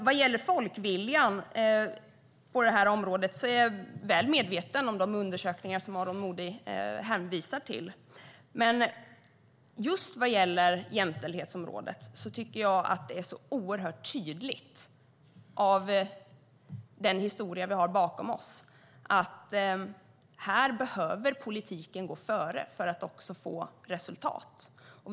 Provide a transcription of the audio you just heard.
Vad gäller folkviljan på området är jag väl medveten om de undersökningar Aron Modig hänvisar till, men just vad gäller jämställdhetsområdet tycker jag att det av den historia vi har bakom oss är oerhört tydligt att politiken behöver gå före för att få resultat här.